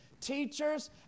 teachers